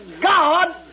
God